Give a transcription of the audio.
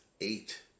eight